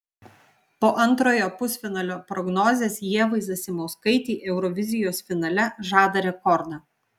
po antrojo pusfinalio prognozės ievai zasimauskaitei eurovizijos finale žada rekordą